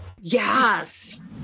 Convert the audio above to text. yes